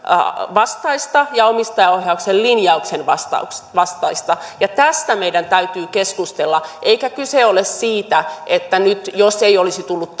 vastaista ja omistajaohjauksen linjauksen vastaista ja tästä meidän täytyy keskustella eikä kyse ole siitä että jos ei olisi tullut